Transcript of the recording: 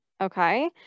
okay